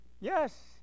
Yes